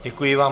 Děkuji vám.